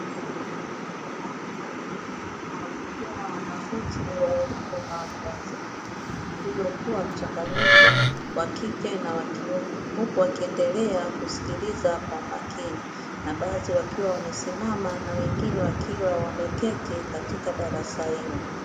Wanafunzi wa elimu ya watu wazima waliokuwa mchanganyiko wa kike na wa kiume, huku wakiendelea kusikiliza kwa umakini na baadhi wakiwa wamesimama na wengine wakiwa wameketi katika darasa hilo.